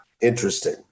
interesting